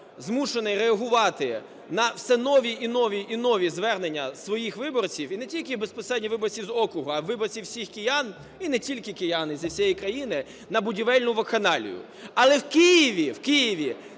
змушений реагувати на все нові, і нові, і нові звернення своїх виборців, і не тільки безпосередньо виборців з округа, а виборців, всіх киян, і не тільки киян, і зі всієї країни, на будівельну вакханалію. Але в Києві, в Києві